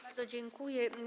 Bardzo dziękuję.